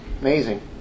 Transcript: Amazing